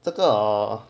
这个